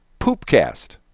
PoopCast